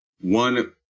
one